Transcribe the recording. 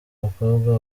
umukobwa